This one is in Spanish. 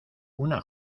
una